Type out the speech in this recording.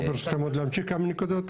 אפשר ברשותכם להמשיך כמה נקודות?